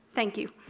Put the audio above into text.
thank you.